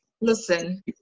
listen